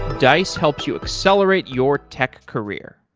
dice helps you accelerate your tech career.